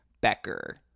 Becker